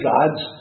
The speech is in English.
God's